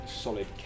solid